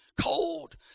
Cold